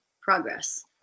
progress